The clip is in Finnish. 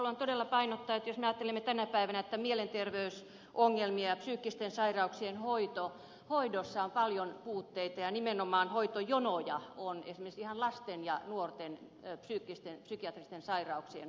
haluan todella painottaa jos me ajattelemme tätä päivää että mielenterveysongelmien psyykkisten sairauksien hoidossa on paljon puutteita ja nimenomaan hoitojonoja on esimerkiksi ihan lasten ja nuorten psykiatristen sairauksien hoidossa